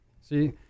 See